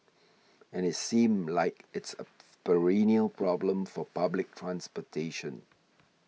and it seems like it's a perennial problem for public transportation